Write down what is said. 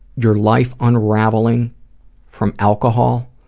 your life unraveling from alcohol,